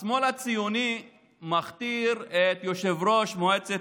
השמאל הציוני מכתיר את יושב-ראש מועצת